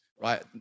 right